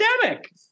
pandemic